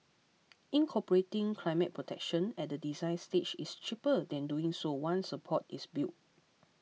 incorporating climate protection at the design stage is cheaper than doing so once a port is built